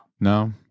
No